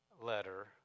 letter